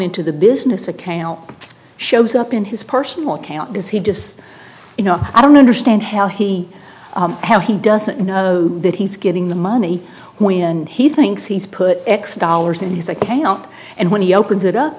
into the business account shows up in his personal account does he just you know i don't understand how he has he doesn't know that he's getting the money when he thinks he's put x dollars in he's a k out and when he opens it up